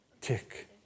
tick